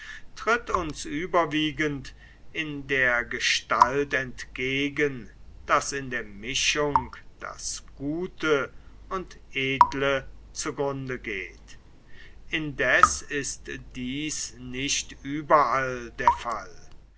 tritt uns überwiegend in der gestalt entgegen daß in der mischung das gute und edle zugrunde geht indes ist dies nicht überall der fall